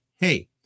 hey